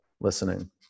listening